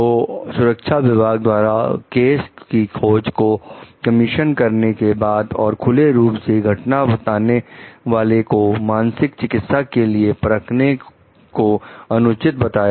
तो सुरक्षा विभाग द्वारा केस की खोज को कमीशन करने के बाद और खुले रूप से घटना बताने वाले को मानसिक चिकित्सा के लिए परखने को अनुचित बताया